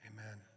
Amen